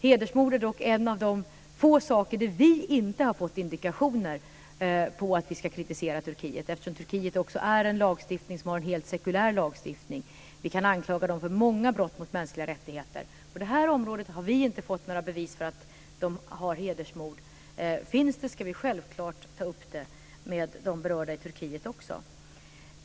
Hedersmord är en av de få saker där vi inte har fått några indikationer på att Turkiet ska kritiseras. Turkiet har en helt sekulär lagstiftning. Vi kan anklaga Turkiet för många brott mot mänskliga rättigheter. Vi har inte fått några bevis för att det förekommer hedersmord. Om det gör det ska vi självfallet ta upp det också med de berörda i Turkiet.